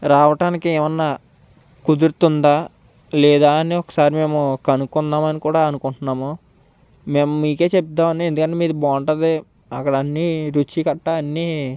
రావటానికి ఏమన్నా కుదురుతుందా లేదా అని ఒకసారి మేము కనుక్కుందామని కూడా అనుకుంటున్నాము మేము మీకే చెప్తామని ఎందుకంటే మీది బాగుంటుంది అక్కడన్నీ రుచి గట్టా అన్నీ